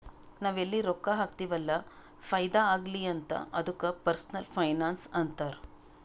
ನಾವ್ ಎಲ್ಲಿ ರೊಕ್ಕಾ ಹಾಕ್ತಿವ್ ಅಲ್ಲ ಫೈದಾ ಆಗ್ಲಿ ಅಂತ್ ಅದ್ದುಕ ಪರ್ಸನಲ್ ಫೈನಾನ್ಸ್ ಅಂತಾರ್